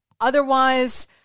Otherwise